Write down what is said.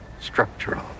Structural